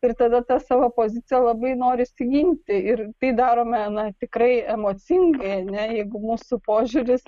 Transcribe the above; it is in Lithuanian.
ir tada tą savo poziciją labai norisi ginti ir tai darome na tikrai emocingai ar ne jeigu mūsų požiūris